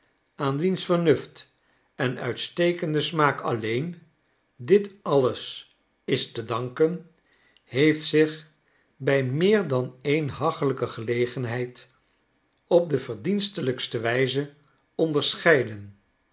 aan wiens vernuft en uitstekenden smaak alleen dit alles is te danken heeft zich bij meer dan een hachelijke gelegenheid op de verdienstelijkste wijze onderscheiden